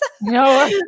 no